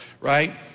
right